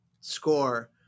score